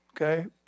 Okay